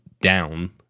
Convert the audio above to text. down